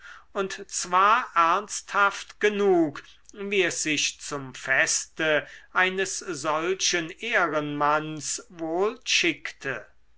und zwar ernsthaft genug wie es sich zum feste eines solchen ehrenmanns wohl schickte